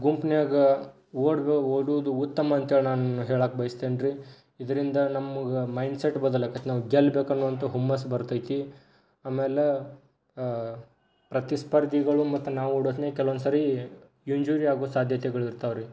ಗುಂಪ್ನಾಗ ಓಡ್ಬ ಓಡುವುದು ಉತ್ತಮ ಅಂತ ಹೇಳಿ ನಾನು ಹೇಳಕ್ಕೆ ಬಯ್ಸ್ತೇನೆ ರೀ ಇದರಿಂದ ನಮ್ಗೆ ಮೈಂಡ್ಸೆಟ್ ಬದಲಾಕೈತೆ ನಾವು ಗೆಲ್ಬೇಕು ಅನ್ನುವಂಥ ಹುಮ್ಮಸ್ಸು ಬರ್ತೈತಿ ಆಮೇಲೆ ಪ್ರತಿಸ್ಪರ್ಧಿಗಳು ಮತ್ತು ನಾವು ಓಡೋತ್ನಾಗೆ ಕೆಲವೊಂದು ಸಾರಿ ಯುಂಜುರಿ ಆಗೋ ಸಾಧ್ಯತೆಗಳು ಇರ್ತವೆ ರೀ